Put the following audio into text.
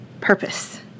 Purpose